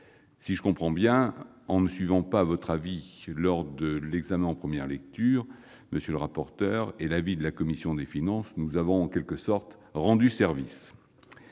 Si je comprends bien, en ne suivant pas votre avis lors de l'examen en première lecture, monsieur le rapporteur, et celui de la commission des finances, nous avons rendu service !